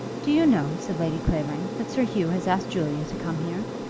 do you know, said lady clavering, that sir hugh has asked julia to come here?